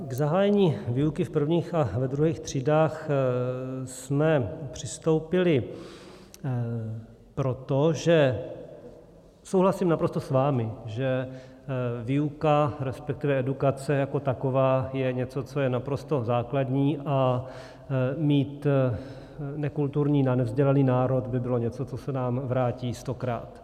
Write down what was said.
K zahájení výuky v prvních a ve druhých třídách jsme přistoupili proto, že souhlasím naprosto s vámi, že výuka, resp. edukace jako taková je něco, co je naprosto základní, a mít nekulturní a nevzdělaný národ by bylo něco, co se nám vrátí stokrát.